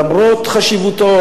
למרות חשיבותו,